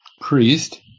priest